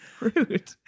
Rude